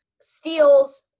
steals